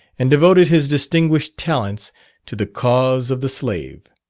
and devoted his distinguished talents to the cause of the slave.